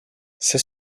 c’est